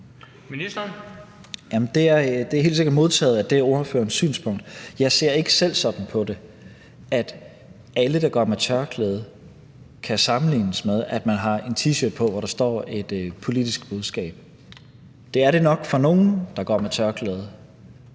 Det er helt sikkert modtaget, at det er ordførerens synspunkt. Jeg ser ikke selv sådan på det, altså at alle, der går med tørklæde, kan sammenlignes med nogle, der har en T-shirt på, hvorpå der står et politisk budskab. Det er det nok for nogle, der går med tørklæde,